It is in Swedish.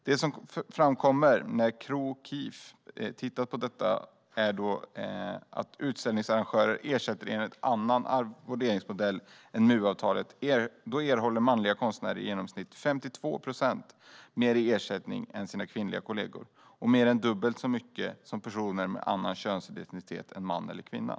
Det som framkommer när KRO/KIF har tittat på detta är att då utställningsarrangörer ersätter enligt annan arvoderingsmodell än MU-avtalet erhåller manliga konstnärer i genomsnitt 52 procent mer i ersättning än deras kvinnliga kollegor och mer än dubbelt så mycket som personer med en annan könsidentitet än man eller kvinna.